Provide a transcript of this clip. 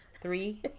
Three